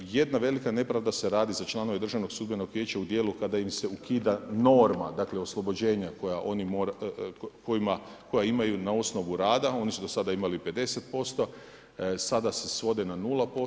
Jedna velika nepravda se radi za članove državnog sudbenog vijeća u dijelu kada im se ukida norma, dakle oslobođenja koja imaju na osnovu rada, oni su do sada imali 50%, sada se svodi na 0%